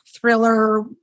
thriller